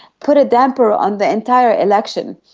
put a dampener on the entire election.